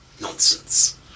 nonsense